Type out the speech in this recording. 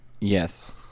Yes